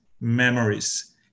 memories